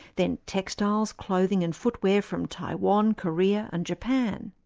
then textiles, clothing and footwear from taiwan, korea and japan.